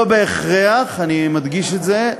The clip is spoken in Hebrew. לא בהכרח, אני מדגיש את זה,